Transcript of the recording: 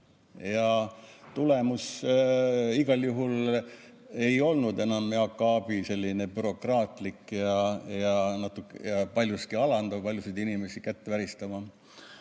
Tulemus igal juhul ei olnud enam Jaak Aabi selline bürokraatlik ja paljuski alandav, paljusid inimesi kätt väristama